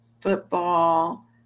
football